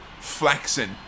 flexing